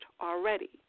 already